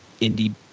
indie